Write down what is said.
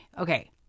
okay